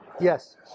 Yes